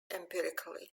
empirically